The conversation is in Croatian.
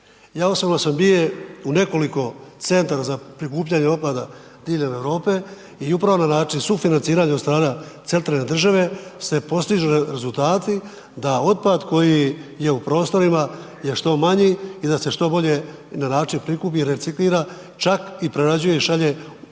Ja osobno sam bio u nekoliko centra za prikupljanje otpada diljem u Europe i upravo na način sufinanciranja od strane centralne države se postižu rezultati da otpad koji je u prostorima je što manji i da se što bolje na način prikupi i reciklira, čak i prerađuje i šalje ovo